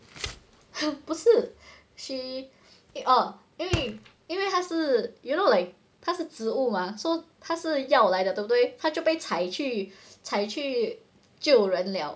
它不是 she oh 因为因为它是 you know like 他是植物嘛 so 他是药来的对不对他就被采去采去救人 liao